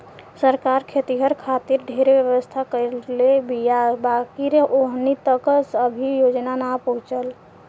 सरकार खेतिहर खातिर ढेरे व्यवस्था करले बीया बाकिर ओहनि तक अभी योजना ना पहुचल